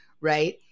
right